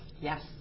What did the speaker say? Yes